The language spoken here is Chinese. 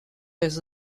类似